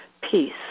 peace